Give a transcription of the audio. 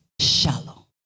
shallow